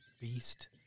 beast